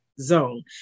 zone